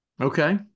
Okay